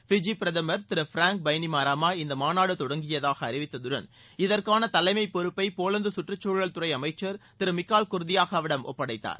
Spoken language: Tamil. ஃபிஜி பிரதமர் திரு ஃபிராங் எபனிமராமா இந்த மாநாடு தொடங்கியதாக அறிவித்ததுடன் இதற்கான தலைமை பொறுப்பை போலந்து சுற்றுச்சூழல்துறை அமைச்சர் திரு மிக்கால் குர்தியாகாவிடம் ஒப்படைத்தார்